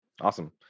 awesome